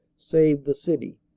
saved the city.